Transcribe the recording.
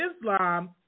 Islam